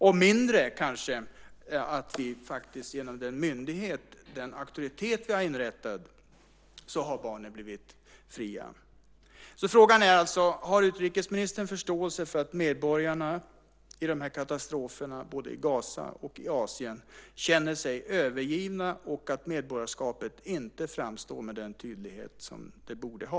Det är kanske mindre tack vare aktivitet från den myndighet och auktoritet vi har inrättat som barnen har blivit fria. Frågan är alltså: Har utrikesministern förståelse för att medborgarna i katastroferna i Gaza och Asien känner sig övergivna och att medborgarskapet inte framstår med den tydlighet som det borde ha?